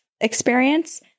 experience